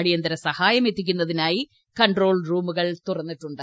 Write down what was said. അടിയന്തിര സഹായം എത്തിക്കുന്നതിനായി കൺട്രോൾ റൂമുകൾ തുറന്നിട്ടുണ്ട്